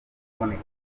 kuboneka